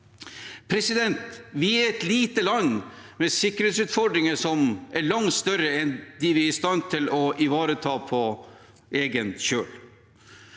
trusler. Vi er et lite land med sikkerhetsutfordringer som er langt større enn dem vi er i stand til å ivareta på egen kjøl.